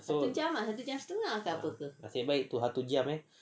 so ah nasib baik tu satu jam eh